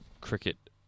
cricket